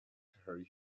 her